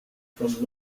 from